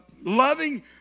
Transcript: loving